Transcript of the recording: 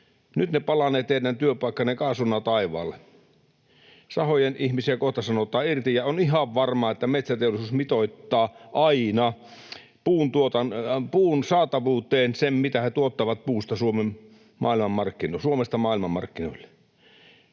Nyt ne teidän työpaikkanne palavat kaasuna taivaalle. Sahojen ihmisiä kohta sanotaan irti, ja on ihan varmaa, että metsäteollisuus mitoittaa aina puun saatavuuteen sen, mitä he tuottavat puusta Suomesta maailmanmarkkinoille.